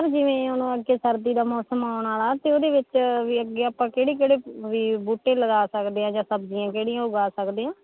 ਜਿਵੇਂ ਹੁਣ ਅੱਗੇ ਸਰਦੀ ਦਾ ਮੌਸਮ ਆਉਣ ਵਾਲਾ ਅਤੇ ਉਹਦੇ ਵਿੱਚ ਵੀ ਅੱਗੇ ਆਪਾਂ ਕਿਹੜੇ ਕਿਹੜੇ ਵੀ ਬੂਟੇ ਲਗਾ ਸਕਦੇ ਹਾਂ ਜਾਂ ਸਬਜ਼ੀਆਂ ਕਿਹੜੀਆਂ ਉਗਾ ਸਕਦੇ ਹਾਂ